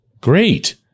Great